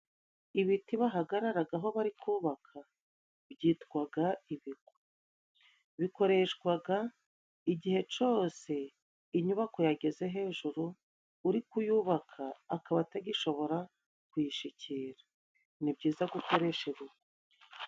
Ibiti bahagararaho bari kubaka byitwa ibigwi bikoreshwa igihe cyose inyubako yageze hejuru uri kuyubaka akaba atagishobora kuyishyikira ni byiza ko gukoresha uru.